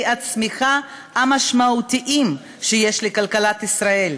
הצמיחה המשמעותיים שיש לכלכלת ישראל.